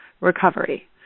recovery